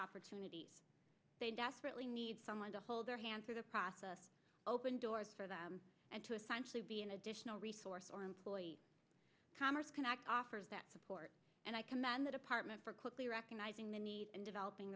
opportunity they desperately need someone to hold their hand through the process open doors for them and to essentially be an additional resource or employee commerce can act offers that support and i commend the department for quickly recognizing the need and developing